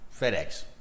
FedEx